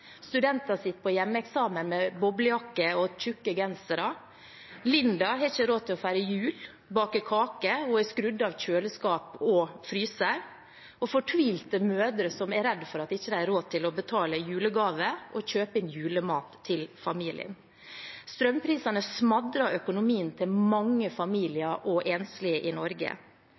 Studenter sitter på hjemmeeksamen med boblejakke og tjukke gensere. Linda har ikke råd til å feire jul, bake kake – hun har skrudd av kjøleskap og fryser. Det er fortvilte mødre som er redde for at de ikke har råd til å betale julegaver og kjøpe inn julemat til familien. Strømprisene smadrer økonomien til mange familier og enslige i Norge.